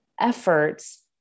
efforts